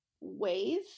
ways